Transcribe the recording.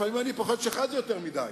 לפעמים אני פוחד שאחד זה יותר מדי.